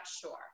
sure